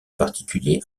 particulier